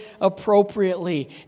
appropriately